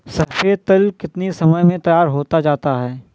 सफेद तिल कितनी समय में तैयार होता जाता है?